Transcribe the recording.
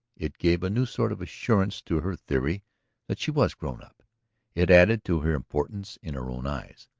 it gave a new sort of assurance to her theory that she was grown up it added to her importance in her own eyes.